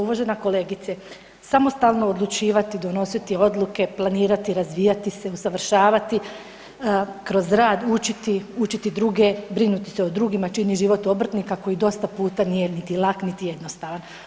Uvažena kolegice, samostalno odlučivati i donositi odluke, planirati, razvijati se, usavršavati kroz rad, učiti, učiti druge, brinuti se o drugima čini život obrtnika koji dosta puta nije niti lak niti jednostavan.